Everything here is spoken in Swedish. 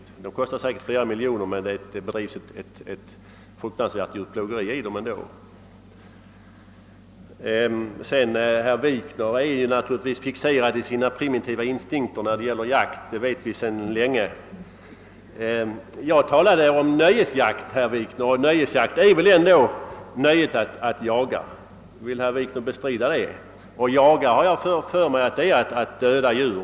Anläggningen kostade säkerligen flera miljoner kronor, men detta hindrar inte att det i den kan förekomma ett fruktansvärt djurplågeri. Herr Wikner är naturligtvis fixerad i sina primitiva instinkter när det gäller jakt — det vet vi sedan länge. Jag talade om nöjesjakt, herr Wikner, och bakom denna ligger väl ändå nöjet att jaga. Vill herr Wikner bestrida detta? Att jaga är såvitt jag vet att döda djur.